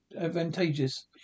advantageous